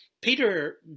Peter